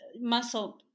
muscle